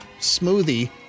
smoothie